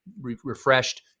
Refreshed